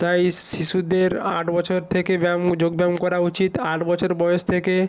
তাই শিশুদের আট বছর থেকে ব্যায়াম যোগব্যায়াম করা উচিত আট বছর বয়েস থেকে